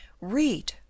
Read